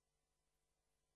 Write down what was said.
תם סדר-היום,